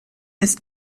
ist